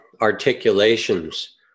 articulations